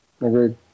Agreed